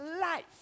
life